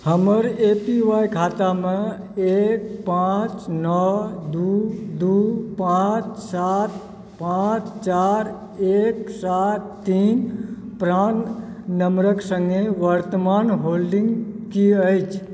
हमर A P Y खातामे एक पाँच नओ दू दू पाँच चार पाँच चारि एक सात तीन प्राण नम्बरक सङ्गे वर्तमान होल्डिंग की अछि